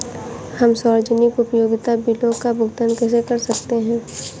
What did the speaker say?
हम सार्वजनिक उपयोगिता बिलों का भुगतान कैसे कर सकते हैं?